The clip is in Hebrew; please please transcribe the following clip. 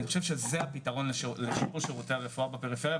אי חושב שזה הפתרון לשירותי הרפואה בפריפריה,